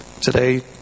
Today